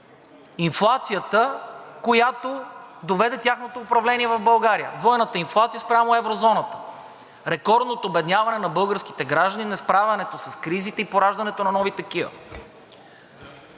инфлацията, която доведе тяхното управление в България: дойната инфлация спрямо еврозоната, рекордното обедняване на българските граждани, несправянето с кризите и пораждането на нови такива.